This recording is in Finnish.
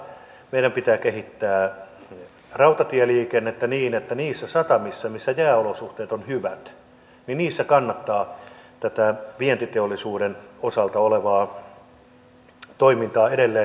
meidän pitää kehittää rautatieliikennettä niin että niissä satamissa missä jääolosuhteet ovat hyvät kannattaa tätä vientiteollisuuden osalta olevaa toimintaa edelleen harjoittaa tehokkaammin